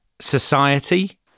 society